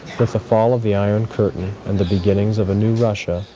with the fall of the iron curtain and the beginnings of a new russia,